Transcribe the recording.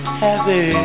happy